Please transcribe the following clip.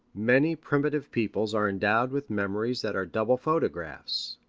many primitive peoples are endowed with memories that are double photographs.